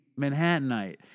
Manhattanite